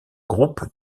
groupe